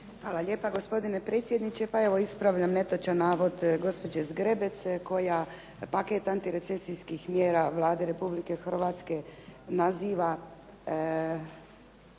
Hvala lijepa gospodine predsjedniče. Pa evo, ispravljam netočan navod gospođe Zgrebec koja paket antirecesijskih mjera Vlade Republike Hrvatske naziva